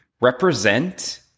represent